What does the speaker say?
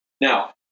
Now